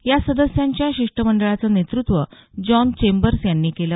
या सदस्यांच्या शिष्टमंडळाचं नेतृत्व जॉन चेंम्बर्स यांनी केलं